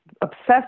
obsessed